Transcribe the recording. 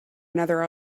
another